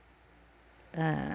uh